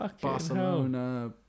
Barcelona